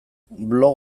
blog